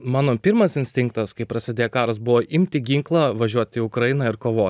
mano pirmas instinktas kai prasidėjo karas buvo imti ginklą važiuoti į ukrainą ir kovoti